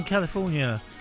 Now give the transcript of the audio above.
California